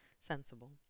Sensible